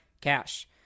cash